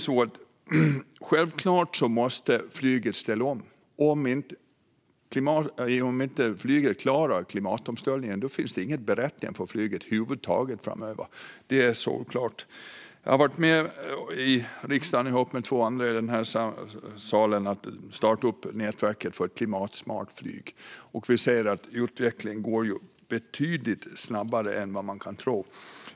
Självklart måste flyget ställa om. Om inte flyget klarar klimatomställningen finns det över huvud taget inget berättigande för flyget framöver. Det är solklart. Jag har ihop med två andra i den här salen startat upp ett nätverk för klimatsmart flyg, och vi ser att utvecklingen går betydligt snabbare än man kan tro.